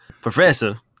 Professor